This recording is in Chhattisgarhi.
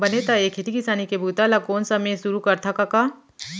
बने त ए खेती किसानी के बूता ल कोन समे सुरू करथा कका?